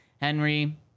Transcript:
Henry